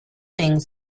things